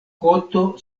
koto